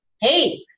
Hey